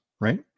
right